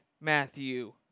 Matthew